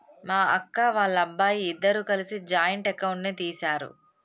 మా అక్క, వాళ్ళబ్బాయి ఇద్దరూ కలిసి జాయింట్ అకౌంట్ ని తీశారు